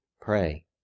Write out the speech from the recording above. pray